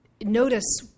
notice